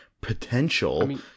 potential